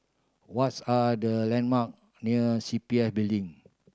what's are the landmark near C P F Building